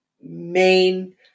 main